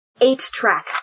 Eight-track